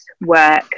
work